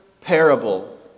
parable